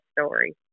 story